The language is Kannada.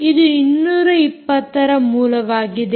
ಇದು 220ರ ಮೂಲವಾಗಿದೆ